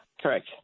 Correct